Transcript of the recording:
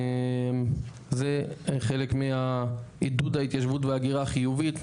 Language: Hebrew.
זה חלק מעידוד ההתיישבות וההגירה החיובית,